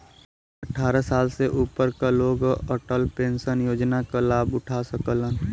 अट्ठारह साल से ऊपर क लोग अटल पेंशन योजना क लाभ उठा सकलन